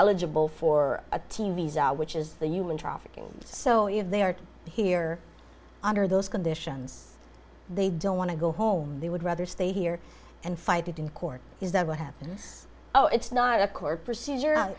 eligible for a t v which is the human trafficking so if they are here under those conditions they don't want to go home they would rather stay here and fight it in court is that what happens oh it's not a court procedure